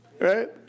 Right